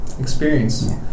experience